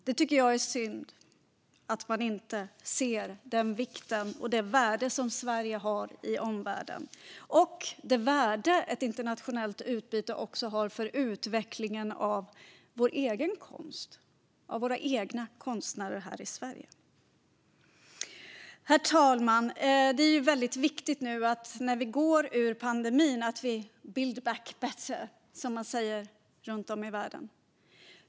Jag tycker att det är synd att man inte ser den vikt och det värde som Sverige har i omvärlden och det värde som ett internationellt utbyte har för utvecklingen av vår egen konst och våra egna konstnärer här i Sverige. Herr talman! Det är viktigt att vi, nu när vi går ur pandemin, build back better, som man säger runt om i världen.